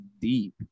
deep